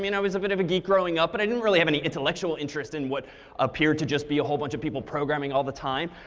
i was a bit of a geek growing up, but i didn't really have any intellectual interest in what appeared to just be a whole bunch of people programming all the time.